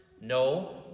No